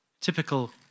Typical